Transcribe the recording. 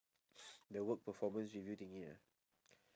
the work performance review thingy ah